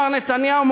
מר נתניהו,